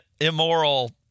immoral